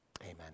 Amen